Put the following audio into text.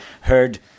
heard